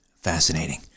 Fascinating